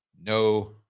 no